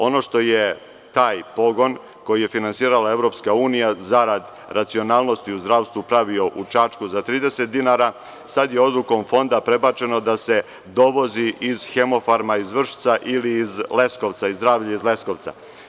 Ono što je taj pogon koji je finansirala EU zarad racionalnosti u zdravstvu pravio u Čačku za 30 dinara, sada je odlukom Fonda prebačeno da se dovozi iz „Hemofarma“ iz Vršca ili iz „Zdravlje“ Leskovca.